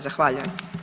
Zahvaljujem.